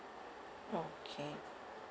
okay